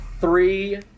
three